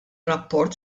rapport